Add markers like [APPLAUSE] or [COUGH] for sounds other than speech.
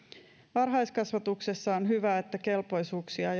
varhaiskasvatuksessa on hyvä että johtajien kelpoisuuksia [UNINTELLIGIBLE]